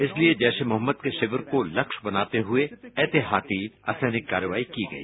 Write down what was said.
इसलिए जैश ए मोहम्मद के शिविर को लक्ष्य बनाते हुए ऐतिहाती असैनिक कार्यवाही की गई